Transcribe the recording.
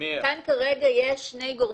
כאן כרגע יש שני גורמים,